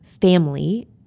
family